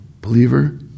believer